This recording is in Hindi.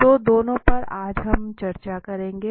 तो दोनों पर आज हम चर्चा करने जा रहे हैं